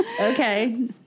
Okay